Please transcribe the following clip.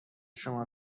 شما